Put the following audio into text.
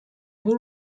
این